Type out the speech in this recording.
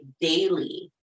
daily